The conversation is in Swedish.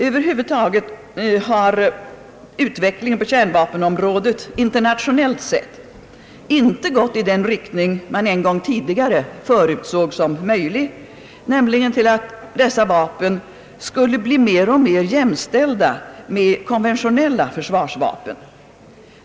Över huvud taget har utvecklingen på kärnvapenområdet internationellt sett inte gått i den riktning man en gång tidigare förutsåg som möjlig, nämligen till att dessa vapen skulle bli mer och mer jämställda med konventionella försvarsvapen.